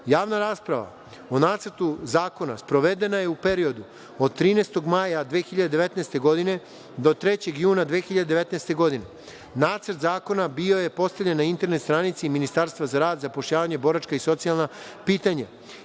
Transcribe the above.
rasprava o Nacrtu zakona sprovedena je u periodu od 13. maja 2019. godine do 3. juna 2019. godine. Nacrt zakona bio je postavljen na internet stranici Ministarstva za rad, zapošljavanje, boračka i socijalna pitanja